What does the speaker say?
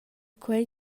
quei